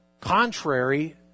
contrary